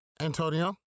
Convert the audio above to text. Antonio